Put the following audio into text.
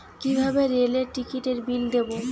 কিভাবে রেলের টিকিটের বিল দেবো?